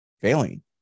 failing